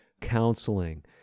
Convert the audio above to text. counseling